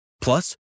plus